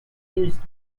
used